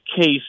case